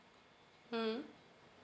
mm